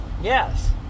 Yes